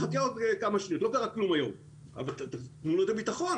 יחכה לו עוד כמה שניות אבל תנו לו את הביטחון